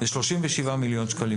זה 37 מיליון שקלים.